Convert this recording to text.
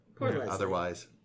otherwise